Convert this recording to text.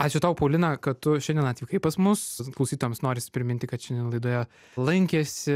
ačiū tau paulina kad tu šiandien atvykai pas mus klausytojams norisi priminti kad šiandien laidoje lankėsi